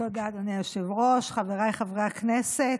תודה, אדוני היושב-ראש, חבריי חברי הכנסת,